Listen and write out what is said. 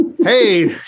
hey